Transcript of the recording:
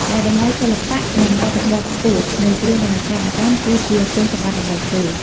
ដែលតម្លៃសិល្បៈ និងវប្បធម៌ខ្ពស់នៃគ្រឿងអលង្ការអង្កាំ គឺជាគុណសម្បត្តិដំបូងគេ។